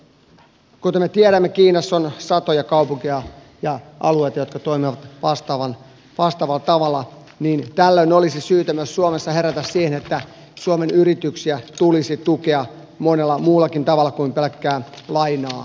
kuten me tiedämme kiinassa on satoja kaupunkeja ja alueita jotka toimivat vastaavalla tavalla joten tällöin olisi syytä myös suomessa herätä siihen että suomen yrityksiä tulisi tukea monella muullakin tavalla kuin pelkkää lainaa myöntämällä